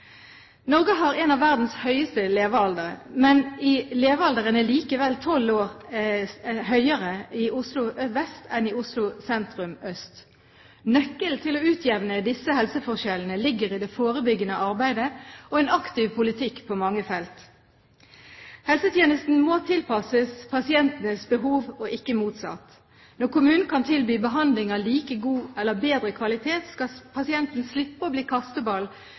Norge har en av verdens høyeste levealdre, men levealderen er likevel 12 år høyere i Oslo vest enn i Oslo sentrum–øst. Nøkkelen til å utjevne disse helseforskjellene ligger i det forebyggende arbeidet og en aktiv politikk på mange felt. Helsetjenesten må tilpasses pasientenes behov, ikke motsatt. Når kommunen kan tilby behandling av like god eller bedre kvalitet, skal pasienten slippe å bli kasteball